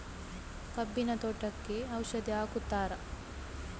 ಕಬ್ಬಿನ ತೋಟಕ್ಕೆ ಔಷಧಿ ಹಾಕುತ್ತಾರಾ?